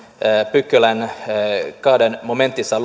pykälän toisessa momentissa